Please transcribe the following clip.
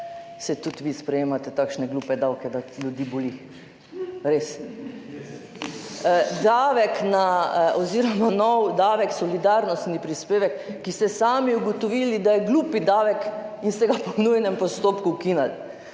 Saj tudi vi sprejemate takšne glupe davke, da ljudi boli. Res. Davek na, oziroma nov davek, solidarnostni prispevek, ki ste sami ugotovili, da je glupi davek in ste ga po nujnem postopku ukinili.